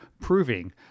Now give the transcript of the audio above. proving